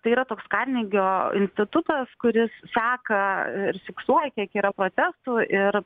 tai yra toks karnegio institutas kuris seka ir fiksuoja kiek yra protestų ir